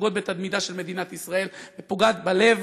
שפוגעות בתדמיתה של מדינת ישראל ופוגעות בלב